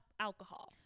alcohol